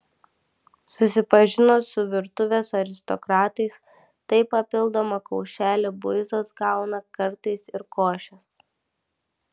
susipažino su virtuvės aristokratais tai papildomą kaušelį buizos gauna kartais ir košės